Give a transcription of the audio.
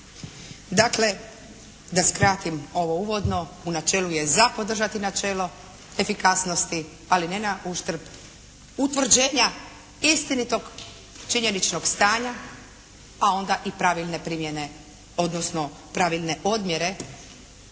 Dakle, da skratim ovo uvodno u načelu je za podržati načelo efikasnosti, ali ne na uštrb utvrđenja istinitog činjeničnog stanja, a onda i pravilne primjene, odnosno pravilne odmjere